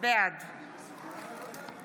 בעד